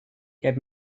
get